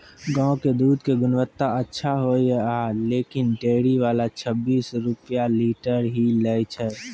गांव के दूध के गुणवत्ता अच्छा होय या लेकिन डेयरी वाला छब्बीस रुपिया लीटर ही लेय छै?